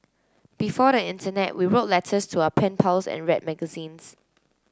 before the internet we wrote letters to our pen pals and read magazines